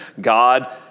God